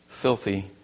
Filthy